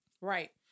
Right